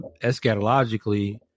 Eschatologically